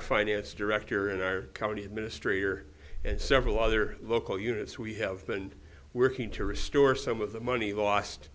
finance director and our county administrator and several other local units we have been working to restore some of the money lost